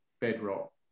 bedrock